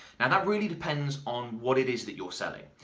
and that really depends on what it is that you're selling.